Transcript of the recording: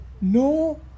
no